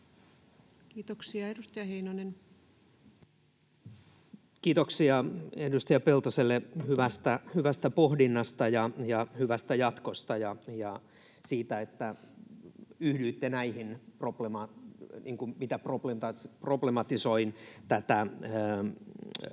Arvoisa puhemies! Kiitoksia edustaja Peltoselle hyvästä pohdinnasta ja hyvästä jatkosta ja siitä, että yhdyitte siihen, kun problematisoin